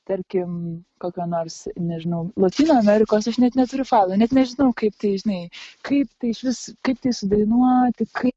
tarkim kokio nors nežinau lotynų amerikos aš net neturiu failo net nežinau kaip tai žinai kaip tai išvis kaip tai sudainuoti kaip